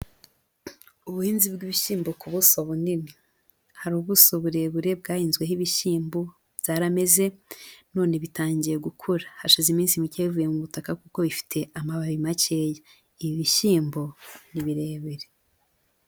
Ubuhinzi bw'ibishyimbo ku buso bunini. Hari ubuso burebure bwahinzweho ibishyimbo, byarameze none bitangiye gukura. Hashize iminsi mike bivuye mu butaka kuko bifite amababi makeya. Ibi bishyimbo ni birebire.